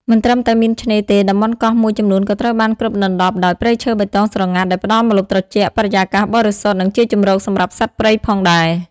មិនត្រឹមតែមានឆ្នេរទេ តំបន់កោះមួយចំនួនក៏ត្រូវបានគ្របដណ្តប់ដោយ ព្រៃឈើបៃតងស្រងាត់ ដែលផ្តល់ម្លប់ត្រជាក់ បរិយាកាសបរិសុទ្ធ និងជាជម្រកសម្រាប់សត្វព្រៃផងដែរ។